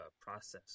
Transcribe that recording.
process